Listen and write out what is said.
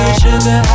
sugar